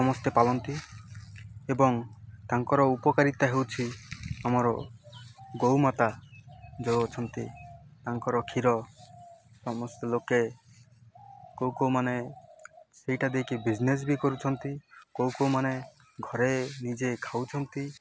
ସମସ୍ତେ ପାଳନ୍ତି ଏବଂ ତାଙ୍କର ଉପକାରିତା ହେଉଛି ଆମର ଗୋମାତା ଯେଉଁ ଅଛନ୍ତି ତାଙ୍କର କ୍ଷୀର ସମସ୍ତେ ଲୋକେ କେଉଁ କେଉଁମାନେ ସେଇଟା ଦେଇକି ବିଜନେସ୍ବି କରୁଛନ୍ତି କେଉଁ କେଉଁମାନେ ଘରେ ନିଜେ ଖାଉଛନ୍ତି